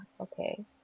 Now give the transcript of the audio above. okay